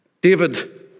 David